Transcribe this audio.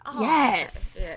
Yes